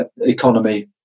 economy